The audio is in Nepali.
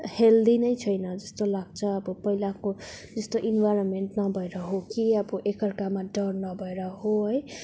हेल्दी नै छैन जस्तो लाग्छ अब पहिलाको जस्तो इन्भाइरोनमेन्ट नभएर हो कि अब एक अर्कामा डर नभएर हो है